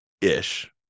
ish